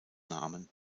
namen